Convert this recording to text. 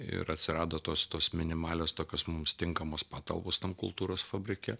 ir atsirado tos tos minimalios tokios mums tinkamos patalpos tam kultūros fabrike